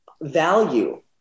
value